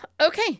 Okay